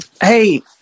Hey